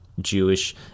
Jewish